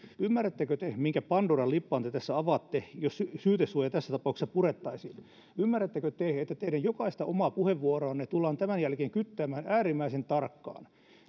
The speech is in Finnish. ymmärrättekö te minkä pandoran lippaan te tässä avaatte jos syytesuoja tässä tapauksessa purettaisiin ymmärrättekö te että teidän jokaista omaa puheenvuoroanne tullaan tämän jälkeen kyttäämään äärimmäisen tarkkaan